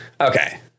Okay